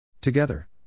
Together